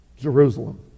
Jerusalem